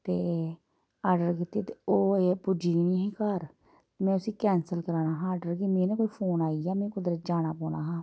ते आर्डर कीतियां ते ओह् अजें पुज्जी दी निही घर में उसी कैंसल कराना हा आर्डर गी मिगी नां कोई फोन आई गेआ मिगी नां कुद्धरै जाना पौना हा